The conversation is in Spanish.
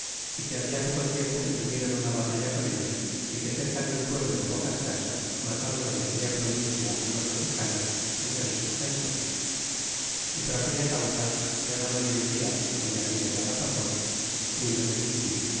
y que habia poco tiempo que tuvieron una batalla con ellos y que cerca de un pueblo de pocas casas mataron los de aquella provincia á los mexicanos muchas de sus gentes y por aquella causa llaman hoy en dia donde aquella guerra pasó